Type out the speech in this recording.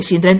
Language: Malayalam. ശശീന്ദ്രൻ